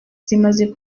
zimaze